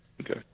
Okay